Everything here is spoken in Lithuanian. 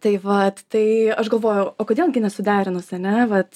tai vat tai aš galvojau o kodėl gi nesuderinus ane vat